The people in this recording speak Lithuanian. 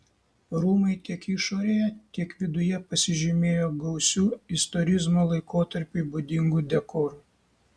rūmai tiek išorėje tiek viduje pasižymėjo gausiu istorizmo laikotarpiui būdingu dekoru